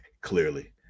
clearly